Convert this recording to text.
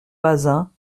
bazin